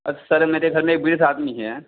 अ sir मेरे घर में बीस आदमी हैं